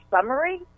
summary